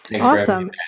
Awesome